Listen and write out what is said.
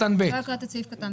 סעיף.